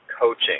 coaching